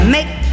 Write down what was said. Make